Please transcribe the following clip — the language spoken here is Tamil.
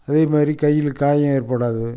அதே மாதிரி கையில் காயம் ஏற்படாது